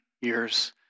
years